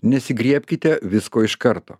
nesigriebkite visko iš karto